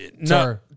No